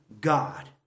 God